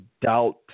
doubt